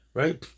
right